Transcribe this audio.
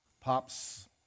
Pops